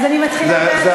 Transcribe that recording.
אז אני, מתחילה מההתחלה.